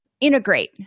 integrate